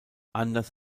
anders